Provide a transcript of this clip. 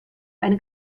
eine